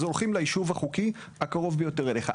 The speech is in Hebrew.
אז הולכים ליישוב החוקי הקרוב ביותר אליך,